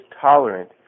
tolerant